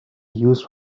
used